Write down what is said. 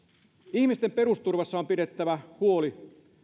ihmisten perusturvasta on pidettävä huoli